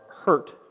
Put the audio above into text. Hurt